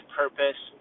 purpose